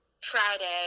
friday